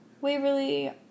Waverly